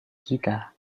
kita